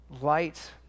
Light